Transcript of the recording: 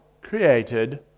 created